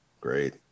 great